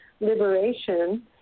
liberation